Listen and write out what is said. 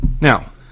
Now